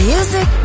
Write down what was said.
Music